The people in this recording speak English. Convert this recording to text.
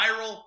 viral